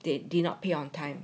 they did not pay on time